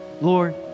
Lord